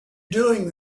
doing